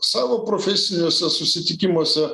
savo profesiniuose susitikimuose